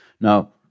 Now